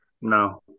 No